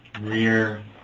rear